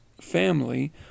family